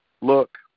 look